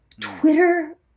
Twitter